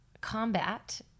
combat